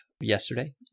yesterday